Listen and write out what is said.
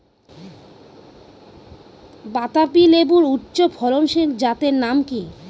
বাতাবি লেবুর উচ্চ ফলনশীল জাতের নাম কি?